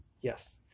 Yes